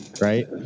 Right